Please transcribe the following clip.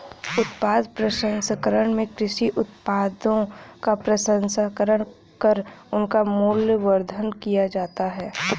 उत्पाद प्रसंस्करण में कृषि उत्पादों का प्रसंस्करण कर उनका मूल्यवर्धन किया जाता है